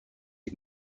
and